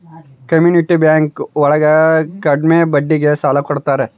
community bank ಒಳಗ ಕಡ್ಮೆ ಬಡ್ಡಿಗೆ ಸಾಲ ಕೊಡ್ತಾರೆ